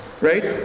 Right